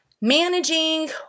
Managing